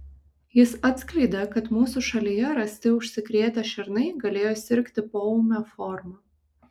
jis atskleidė kad mūsų šalyje rasti užsikrėtę šernai galėjo sirgti poūme forma